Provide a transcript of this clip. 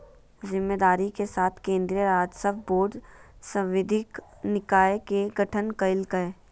जिम्मेदारी के साथ केन्द्रीय राजस्व बोर्ड सांविधिक निकाय के गठन कइल कय